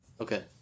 Okay